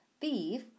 beef